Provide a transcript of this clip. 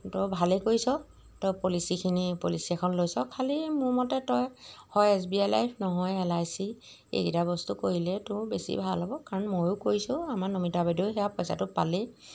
তই ভালেই কৰিছ তই পলিচিখিনি পলিচি এখন লৈছ খালি মোৰ মতে তই হয় এছ বি আই লাইফ নহয় এল আই চি এইকেইটা বস্তু কৰিলে তোৰ বেছি ভাল হ'ব কাৰণ ময়ো কৰিছোঁ আমাৰ নমিতা বাইদেৱে সেয়া পইচাটো পালেই